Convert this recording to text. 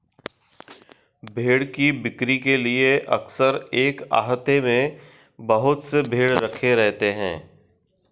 भेंड़ की बिक्री के लिए अक्सर एक आहते में बहुत से भेंड़ रखे रहते हैं